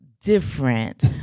different